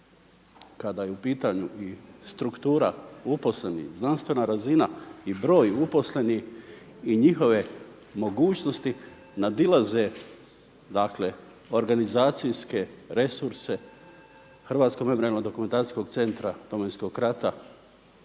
kada je u pitanju struktura uposlenih, znanstvena razina i broj uposlenih i njihove mogućnosti nadilaze organizacijske resurse je Hrvatskog memorijalno-dokumentacijskog centara Domovinskog rata